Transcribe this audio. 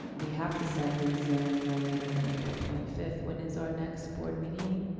we have to send these in no later than april twenty fifth. when is our next board meeting?